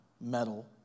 metal